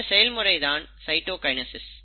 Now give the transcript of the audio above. இந்த செயல்முறை தான் சைட்டோகைனசிஸ்